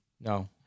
No